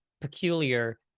peculiar